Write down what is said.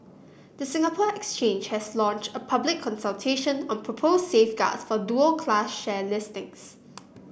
the Singapore Exchange has launched a public consultation on proposed safeguards for dual class share listings